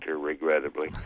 regrettably